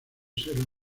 ser